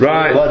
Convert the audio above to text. Right